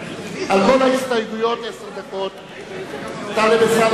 חבר הכנסת טלב אלסאנע,